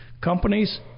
Companies